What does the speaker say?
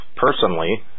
personally